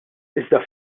iżda